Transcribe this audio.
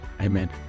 Amen